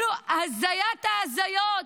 הזיית ההזיות.